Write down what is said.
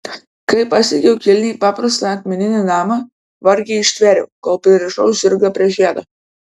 kai pasiekiau kilniai paprastą akmeninį namą vargiai ištvėriau kol pririšau žirgą prie žiedo